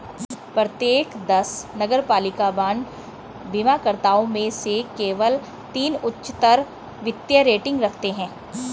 प्रत्येक दस नगरपालिका बांड बीमाकर्ताओं में से केवल तीन उच्चतर वित्तीय रेटिंग रखते हैं